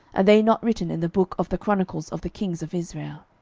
are they not written in the book of the chronicles of the kings of israel?